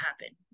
happen